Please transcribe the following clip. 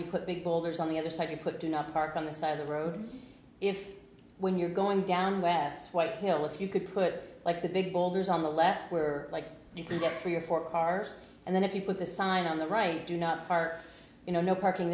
you put big boulders on the other side you put enough park on the side of the road if when you're going down west well you know if you could put like the big boulders on the left where you can get three or four cars and then if you put the sign on the right do not park you know no parking